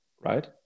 right